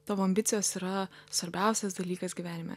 tavo ambicijos yra svarbiausias dalykas gyvenime